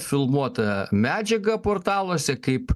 filmuota medžiaga portaluose kaip